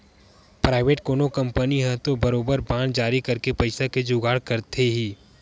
private कोनो company ह तो बरोबर बांड जारी करके पइसा के जुगाड़ करथे ही